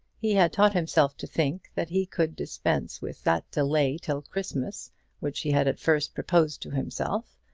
he had taught himself to think that he could dispense with that delay till christmas which he had at first proposed to himself,